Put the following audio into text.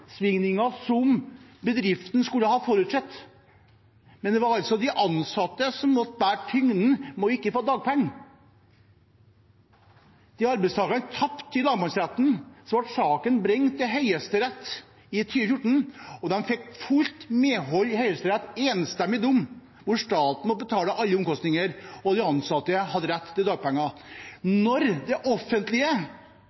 som bedriften skulle ha forutsett. Men det var altså de ansatte som måtte bære tyngden ved ikke å få dagpenger. Arbeidstakerne tapte i lagmannsretten. Så ble saken brakt inn for Høyesterett i 2014, og de fikk fullt medhold der – det var en enstemmig dom – og staten måtte betale alle omkostninger. De ansatte hadde rett på dagpenger.